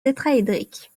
tétraédrique